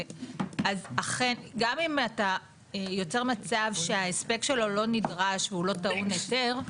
גם אם אתה יוצר מצב שההספק שלו לא נדרש והוא לא טעון היתר,